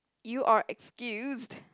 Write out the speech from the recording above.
you are excused